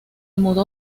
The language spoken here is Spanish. mudó